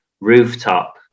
Rooftop